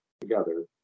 together